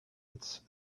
its